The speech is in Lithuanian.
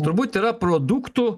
turbūt yra produktų